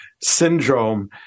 syndrome